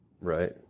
Right